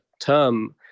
term